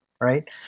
right